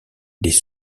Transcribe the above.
des